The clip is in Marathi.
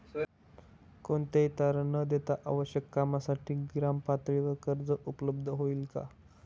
कोणतेही तारण न देता आवश्यक कामासाठी ग्रामपातळीवर कर्ज उपलब्ध होईल का?